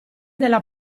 della